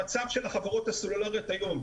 המצב של החברות הסלולריות היום,